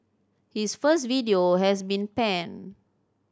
his first video has been panned